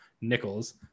nickels